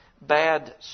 bad